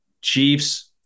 Chiefs